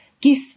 Give